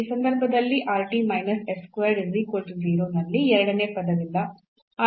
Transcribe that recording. ಈ ಸಂದರ್ಭದಲ್ಲಿ ನಲ್ಲಿ ಎರಡನೇ ಪದವಿಲ್ಲ